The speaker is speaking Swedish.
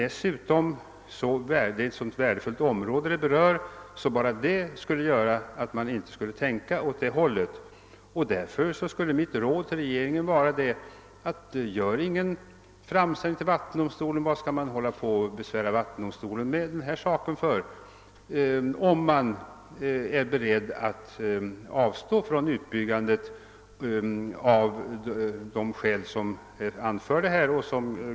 Dessutom rör det sig om ett så värdefullt område att bara det gör att man inte bör tänka i den riktningen. Mitt råd till regeringen skulle därför vara att inte göra någon framställning till vattendomstolen. Varför skall man besvära vattendomstolen med den här saken, om man är beredd att avstå från utbyggandet av de skäl som här har anförts?